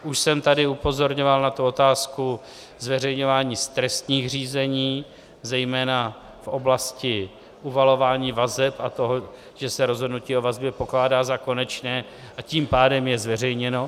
Už jsem tady upozorňoval na otázku zveřejňování z trestních řízení zejména v oblasti uvalování vazeb a toho, že se rozhodnutí o vazbě pokládá za konečné, a tím pádem je zveřejněno.